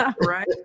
Right